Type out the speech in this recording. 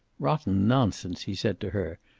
rotten nonsense, he said to her,